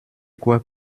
quoi